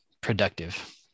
productive